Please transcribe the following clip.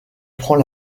prend